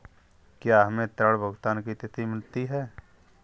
क्या हमें ऋण भुगतान की तिथि मिलती है?